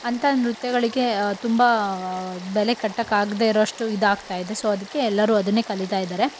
ಅಂಥ ನೃತ್ಯಗಳಿಗೆ ತುಂಬ ಬೆಲೆ ಕಟ್ಟಕ್ಕಾಗದೆ ಇರೋವಷ್ಟು ಇದಾಗ್ತಾ ಇದೆ ಸೊ ಅದಕ್ಕೆ ಎಲ್ಲರೂ ಅದನ್ನೇ ಕಲಿತಾ ಇದ್ದಾರೆ